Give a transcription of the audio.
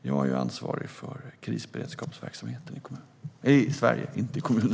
Jag är ansvarig för krisberedskapsverksamheten i Sverige.